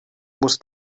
muss